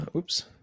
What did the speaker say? Oops